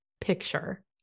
picture